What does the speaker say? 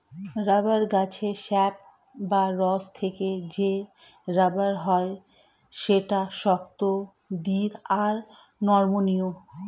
rubber গাছের sap বা রস থেকে যে রাবার হয় সেটা শক্ত, দৃঢ় আর নমনীয়